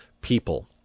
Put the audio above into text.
people